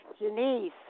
Janice